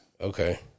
Okay